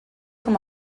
com